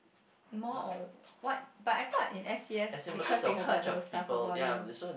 more on what but I thought in S_G_S because they heard those stuff about you